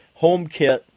HomeKit